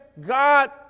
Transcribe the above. God